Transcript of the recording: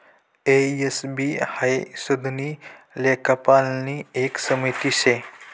ए, S, B हाई सनदी लेखापालनी एक समिती शे